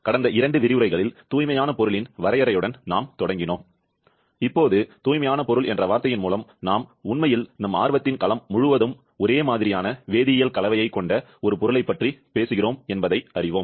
கடந்த இரண்டு விரிவுரைகளில் தூய்மையான பொருளின் வரையறையுடன் நாம் தொடங்கினோம் இப்போது தூய்மையான பொருள் என்ற வார்த்தையின் மூலம் நாம் உண்மையில் நம் ஆர்வத்தின் களம் முழுவதும் ஒரே மாதிரியான வேதியியல் கலவையைக் கொண்ட ஒரு பொருளைப் பற்றி பேசுகிறோம் என்பதை அறிவோம்